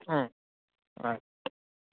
ಹ್ಞೂ ಆಯಿತು